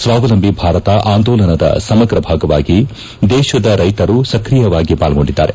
ಸ್ಥಾವಲಂಬಿ ಭಾರತ ಆಂದೋಲನದ ಸಮಗ್ರ ಭಾಗವಾಗಿ ದೇಶದ ರೈತರು ಸಕ್ರಿಯವಾಗಿ ಪಾಲ್ಗೊಂಡಿದ್ಗಾರೆ